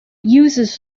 uses